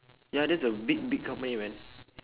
ya that's a big big company man